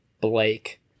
Blake